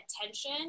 attention